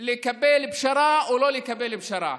לקבל פשרה או לא לקבל פשרה.